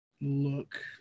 look